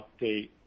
update